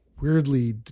weirdly